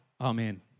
amen